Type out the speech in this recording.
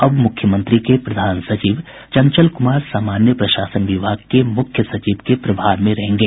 अब मुख्यमंत्री के प्रधान सचिव चंचल कुमार सामान्य प्रशासन विभाग के मुख्य सचिव के प्रभार में रहेंगे